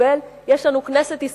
יש לנו כנסת ישראל ובית-המחוקקים.